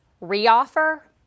re-offer